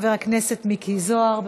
חבר הכנסת מיקי זוהר,